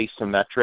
asymmetric